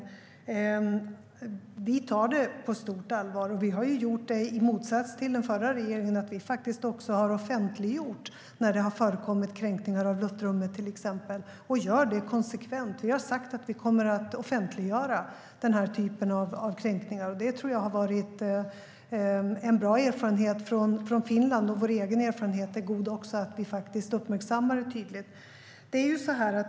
Vi tar detta på stort allvar. I motsats till den förra regeringen har vi faktiskt offentliggjort till exempel kränkningar av luftrummet som har förekommit, och vi gör det konsekvent. Vi har sagt att vi kommer att offentliggöra den här typen av kränkningar. Det tror jag att Finland har haft goda erfarenheter av, och vår egen erfarenhet är god av att vi tydligt uppmärksammar kränkningarna.